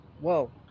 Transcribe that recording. whoa